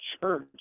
church